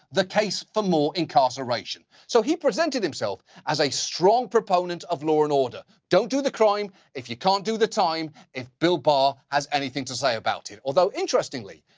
the case for more incarceration. so, he presented himself as a strong proponent of law and order. don't do the crime if you can't do the time if bill barr has anything to say about it. although, interestingly,